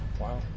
Wow